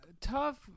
tough